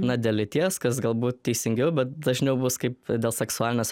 na dėl lyties kas galbūt teisingiau bet dažniau bus kaip dėl seksualinės